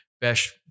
best